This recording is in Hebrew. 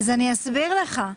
אני אסביר לך.